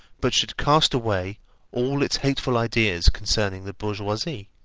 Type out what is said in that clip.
but should cast away all its hateful ideas concerning the bourgeoisie.